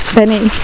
Benny